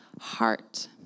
heart